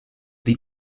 the